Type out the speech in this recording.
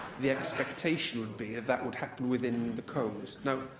the expectation would be that that would happen within the code. now,